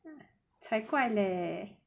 才怪咧